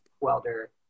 Welder